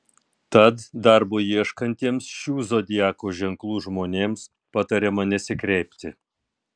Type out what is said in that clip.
tad darbo ieškantiems šių zodiako ženklų žmonėms patariama nesikreipti